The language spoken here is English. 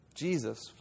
Jesus